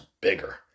bigger